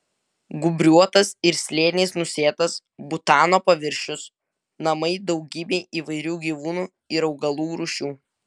gūbriuotas ir slėniais nusėtas butano paviršius namai daugybei įvairių gyvūnų ir augalų rūšių